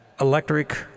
electric